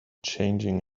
changing